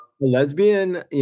lesbian